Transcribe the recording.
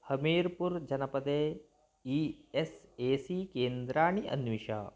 हमीर्पुर् जनपदे E S A C केन्द्राणि अन्विष